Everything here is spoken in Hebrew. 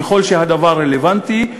ככל שהדבר רלוונטי,